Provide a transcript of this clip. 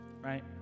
right